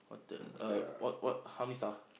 hotel uh what what how many star